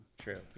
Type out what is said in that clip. True